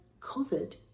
COVID